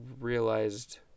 realized